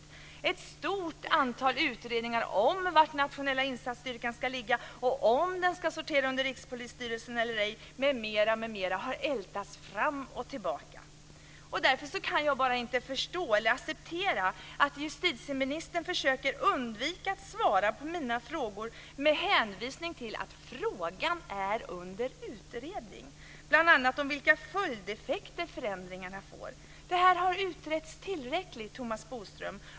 I ett stort antal utredningar har det ältats fram och tillbaka om var Nationella insatsstyrkan ska ligga, om den ska sortera under Rikspolisstyrelsen eller ej m.m. Därför kan jag bara inte förstå eller acceptera att justitieministern försöker att undvika att svara på mina frågor med hänvisning till att frågan är under utredning - bl.a. om vilka följdeffekter förändringarna får. Det här har utretts tillräckligt, Thomas Bodström.